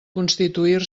constituir